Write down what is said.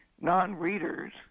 non-readers